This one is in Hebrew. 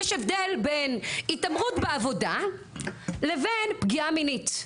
יש הבדל בין התעמרות בעבודה לבין פגיעה מינית.